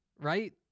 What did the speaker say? right